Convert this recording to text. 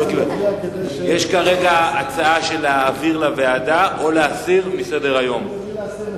כרגע יש הצעה להעביר לוועדה והצעה להסיר מסדר-היום.